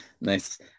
Nice